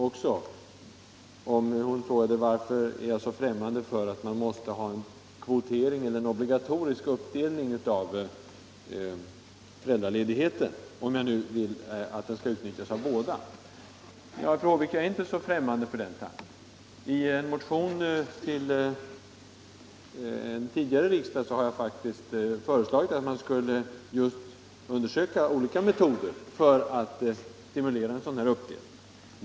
Fru Håvik frågade varför jag är så främmande för att man måste ha en kvotering eller obligatorisk uppdelning av föräldraledigheten, om jag nu vill att den skall utnyttjas av båda makarna. Jag är inte så främmande för den tanken, fru Håvik. I en motion till en tidigare riksdag har jag faktisk föreslagit att man just skulle undersöka olika metoder för att stimulera till en uppdelning.